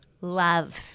Love